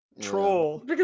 troll